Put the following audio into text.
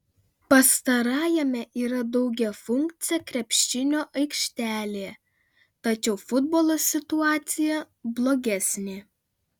pastarajame yra daugiafunkcė krepšinio aikštelė tačiau futbolo situacija blogesnė